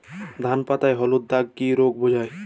ধান পাতায় হলুদ দাগ কি রোগ বোঝায়?